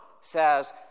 says